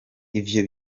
ivyo